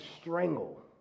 strangle